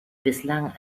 bislang